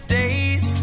days